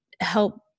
help